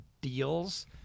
deals